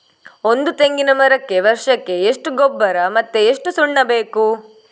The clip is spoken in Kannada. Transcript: ಒಂದು ತೆಂಗಿನ ಮರಕ್ಕೆ ವರ್ಷಕ್ಕೆ ಎಷ್ಟು ಗೊಬ್ಬರ ಮತ್ತೆ ಎಷ್ಟು ಸುಣ್ಣ ಬೇಕು?